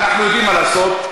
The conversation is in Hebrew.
אנחנו יודעים מה לעשות.